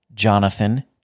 Jonathan